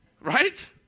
Right